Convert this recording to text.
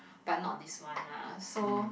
but not this one lah so